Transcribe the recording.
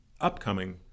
upcoming